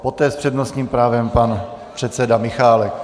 Poté s přednostním právem pan předseda Michálek.